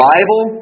Bible